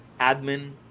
admin